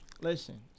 Listen